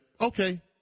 okay